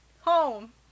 home